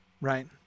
right